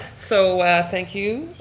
so thank you,